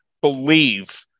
believe